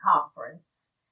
conference